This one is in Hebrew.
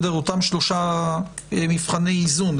אותם שלושה מבחני איזון,